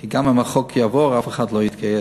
כי גם אם החוק יעבור אף אחד לא יתגייס.